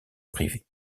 privé